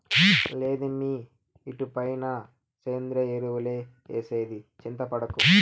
లేదమ్మీ ఇటుపైన సేంద్రియ ఎరువులే ఏసేది చింతపడకు